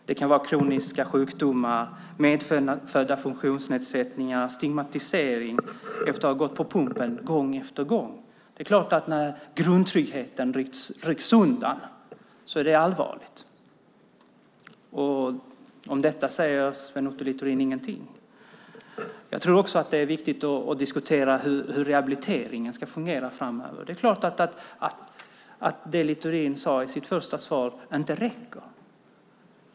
Det kan vara kroniska sjukdomar, medfödda funktionsnedsättningar och stigmatisering efter att ha gått på pumpen gång efter gång. När grundtryggheten rycks undan är det allvarligt. Om detta säger Sven Otto Littorin ingenting. Jag tror också att det är viktigt att diskutera hur rehabiliteringen ska fungera framöver. Det är klart att det Littorin sade i sitt första svar inte räcker.